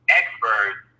experts